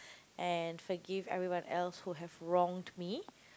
and forgive everyone else who have wronged me